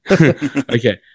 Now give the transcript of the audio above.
Okay